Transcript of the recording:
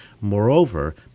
Moreover